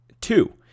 Two